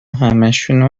همشونو